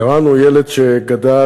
ערן הוא ילד שגדל,